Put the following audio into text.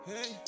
Hey